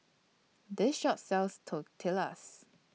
This Shop sells Tortillas